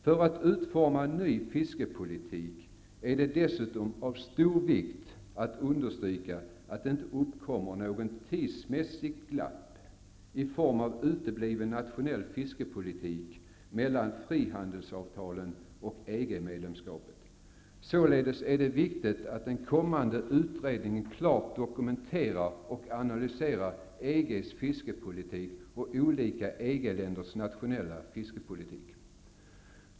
För att utforma en ny fiskepolitik är det dessutom av stor vikt att understryka att det inte uppkommer något tidsmässigt glapp, i form av utebliven nationell fiskepolitik, mellan frihandelsavtalen och EG-medlemskapet. Således är det viktigt att den kommande utredningen klart dokumenterar och analyserar EG:s fiskepolitik och olika EG-länders nationella fiskepolitik.